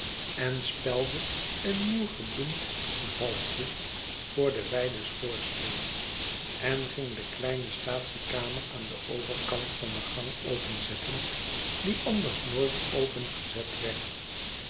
en spelde een nieuw gebloemd valletje voor den wijden schoorsteen en ging de kleine statiekamer aan den overkant van den gang openzetten die anders nooit opengezet werd